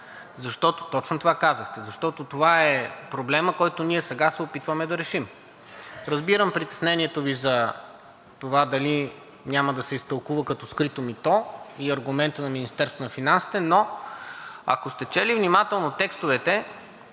казахте. Това е проблемът, който ние сега се опитваме да решим. Разбирам притеснението Ви за това дали няма да се изтълкува като скрито мито и аргументът на Министерството на финансите, но ако сте чели внимателно текстовете,